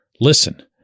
listen